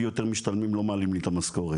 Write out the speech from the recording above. יותר משתלמים לא מעלים לי את המשכורת,